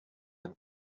dem